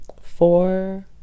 four